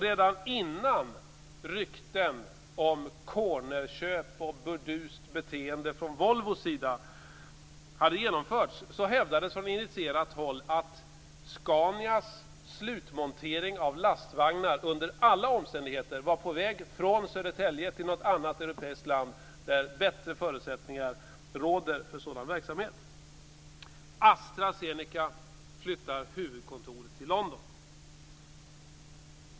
Redan innan man hörde rykten om cornerköp och burdust beteende från Volvos sida hävdades från initierat håll att Scanias slutmontering av lastvagnar under alla omständigheter var på väg från Södertälje till något annat europeiskt land där bättre förutsättningar råder för sådan verksamhet. Astra-Zeneca flyttar huvudkontoret till London.